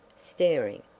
staring.